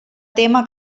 témer